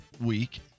week